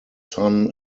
sun